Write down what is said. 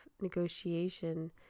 negotiation